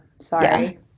sorry